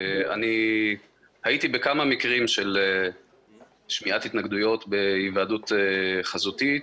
הייתי בכמה מקרים של שמיעת התנגדויות בהיוועדות חזותית,